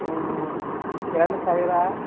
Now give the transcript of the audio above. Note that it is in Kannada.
ಎರಡು ಸಾವಿರ